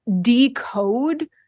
decode